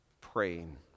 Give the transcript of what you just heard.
Praying